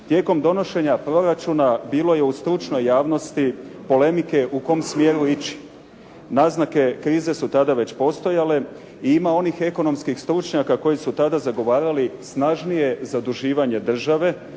Tijekom donošenja proračuna bilo je u stručnoj javnosti polemike u kom smjeru ići. Naznake krize su tada već postojale i ima onih ekonomskih stručnjaka koji su tada zagovarali snažnije zaduživanje države